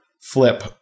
flip